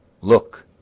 Look